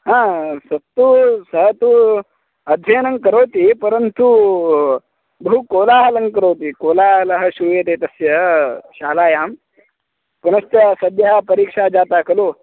ह सः तु सः तु अध्ययनं करोति परन्तु बहु कोलाहलं करोति कोलाहलः श्रूयते तस्य शालायां पुनश्च सद्यः परीक्षा जाता खलु